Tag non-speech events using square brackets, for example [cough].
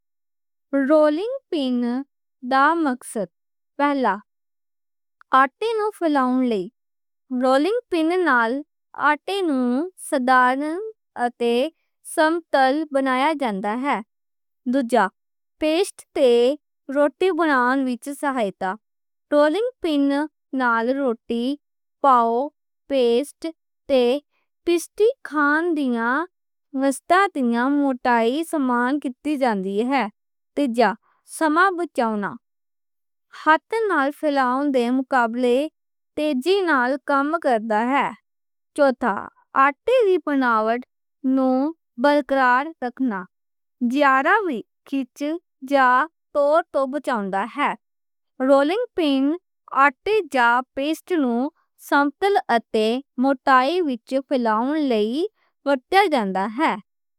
رولنگ پن دا مقصد، آٹے نوں پھلاؤں لئی رولنگ پن نال آٹے نوں سدھارن اتے سمتل بنایا جاندا ہے۔ دوجا، پیسٹ تے روٹی بناؤن وِچ سہائتا۔ رولنگ پن نال روٹی، پاؤ، پیسٹ، پیسٹری اتے پیزا دی موٹائی سمان کیتی جاندی ہے۔ تیجا، سماں بچاؤنا، ہتھ نال پھلاؤں دے مقابلے تیزی نال کم کردا ہے۔ چوتھا، آٹے دے پِنڈ نوں بکھراؤ توں رکھنا، جیڑا وی [hesitation] کھچ جا توں ٹُٹ جاندا ہے۔ رولنگ پن آٹے جاں پیسٹ نوں سمتل اتے موٹائی وِچ پھلاؤں لئی وَدھِیا جاندا ہے۔